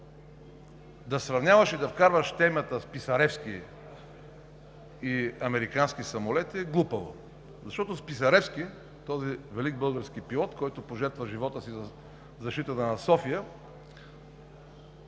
да сравняваш и да вкарваш темата „Списаревски“ и американски самолет е глупаво. Списаревски – този велик български пилот, който пожертва живота си за защитата на София,